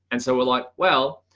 and so we're like, well,